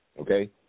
okay